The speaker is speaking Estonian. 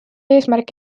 eesmärk